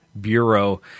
Bureau